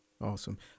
Awesome